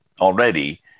already